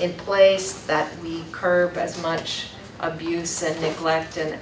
in place that we curb as much abuse and neglect and